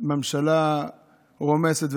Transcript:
ממשלה רומסת ודורסת.